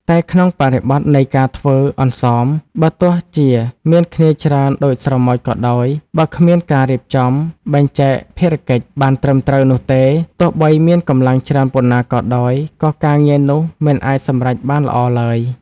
តែក្នុងបរិបទនៃការធ្វើអន្សម បើទោះជាមានគ្នាច្រើនដូចស្រមោចក៏ដោយ បើគ្មានការរៀបចំ បែងចែកភារកិច្ច បានត្រឹមត្រូវនោះទេ ទោះបីមានកម្លាំងច្រើនប៉ុណ្ណាក៏ដោយ ក៏ការងារនោះមិនអាចសម្រេចបានល្អឡើយ។